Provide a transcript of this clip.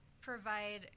provide